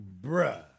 bruh